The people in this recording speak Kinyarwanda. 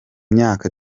myaka